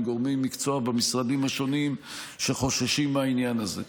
גורמי מקצוע במשרדים השונים שחוששים מהעניין הזה.